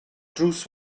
drws